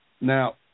Now